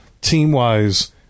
team-wise